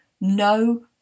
no